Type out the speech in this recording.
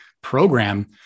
program